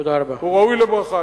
הוא ראוי לברכה.